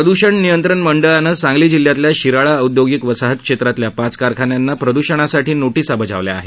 प्रद्षण नियंत्रण मंडळानं सांगली जिल्ह्यातल्या शिराळा औद्योगिक वसाहत क्षेत्रातल्या पाच कारखान्यांना प्रद्षणासाठी नोटिसा बजावल्या आहेत